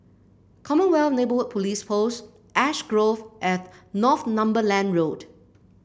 Commonwealth Neighbourhood Police Post Ash Grove at Northumberland Road